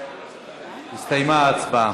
הסתיימה ההצבעה.